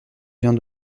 vient